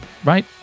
Right